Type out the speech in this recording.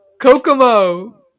Kokomo